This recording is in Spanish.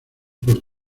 por